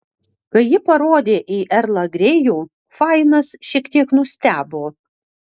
kai ji parodė į erlą grėjų fainas šiek tiek nustebo